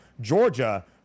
Georgia